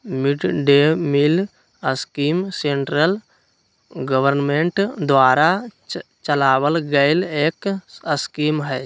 mid day meal scheme central government द्वारा चलावल गईल एक स्कीम हई